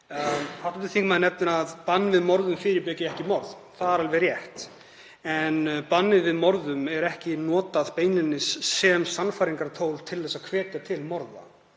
Hv. þingmaður nefnir að bann við morðum fyrirbyggi ekki morð. Það er alveg rétt. En bannið við morðum er ekki notað beinlínis sem sannfæringartól til að hvetja til morða.